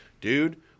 dude